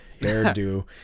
hairdo